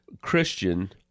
Christian